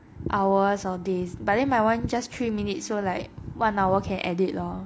hours or days but then my one just three minutes so like one hour can edit lor